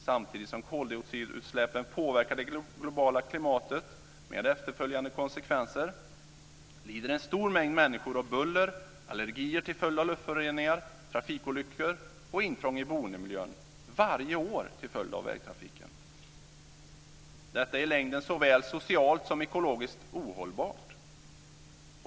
Samtidigt som koldioxidutsläppen påverkar det globala klimatet med efterföljande konsekvenser förorsakar vägtrafiken varje år lidande för en stor mängd människor genom buller, genom allergier skapade av luftföroreningar, genom trafikolyckor och genom intrång i boendemiljön. Detta är i längden såväl socialt som ekologiskt ohållbart.